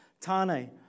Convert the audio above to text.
Tane